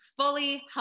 fully